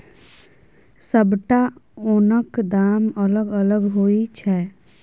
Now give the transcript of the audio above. सबटा ओनक दाम अलग अलग होइ छै